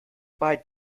bei